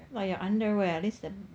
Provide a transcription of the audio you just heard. oh your underwear at least the